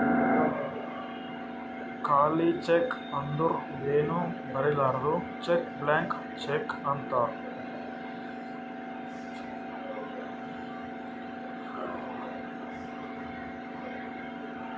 ಖಾಲಿ ಚೆಕ್ ಅಂದುರ್ ಏನೂ ಬರಿಲಾರ್ದು ಚೆಕ್ ಬ್ಲ್ಯಾಂಕ್ ಚೆಕ್ ಅಂತಾರ್